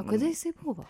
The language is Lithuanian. o kada jisai buvo